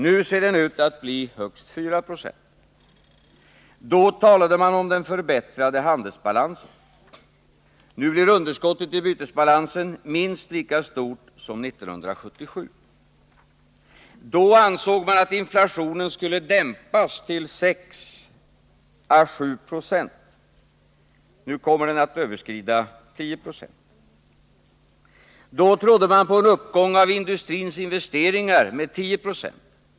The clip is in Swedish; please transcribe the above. Nu ser den ut att bli högst 4 96. Då talade man om den förbättrade handelsbalansen. Nu blir underskottet i bytesbalansen minst lika stort som 1977. Då ansåg man att inflationen skulle dämpas till 6 äå 7 26. Nu kommer den att överskrida 10 26. Då trodde man på en uppgång av industrins investeringar med 10 96.